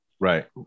right